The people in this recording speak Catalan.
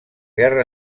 guerra